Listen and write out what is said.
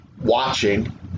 watching